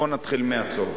בוא נתחיל מהסוף.